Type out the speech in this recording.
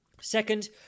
Second